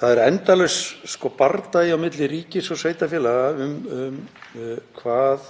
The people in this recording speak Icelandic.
Það er endalaus bardagi milli ríkis og sveitarfélaga um það